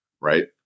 right